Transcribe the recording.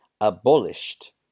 abolished